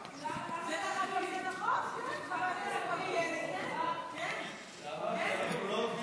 והגנת הסביבה בדבר פיצול הצעת חוק לתיקון דיני הבחירות